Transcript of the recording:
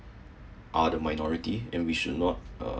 are the minority and we should not uh